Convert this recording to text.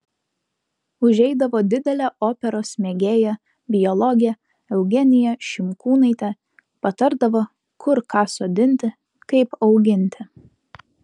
užeidavo didelė operos mėgėja biologė eugenija šimkūnaitė patardavo kur ką sodinti kaip auginti